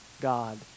god